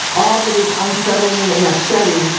all that is unsettling and upsetting.